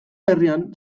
herrian